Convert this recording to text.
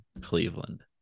Cleveland